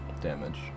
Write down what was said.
damage